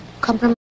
Compromise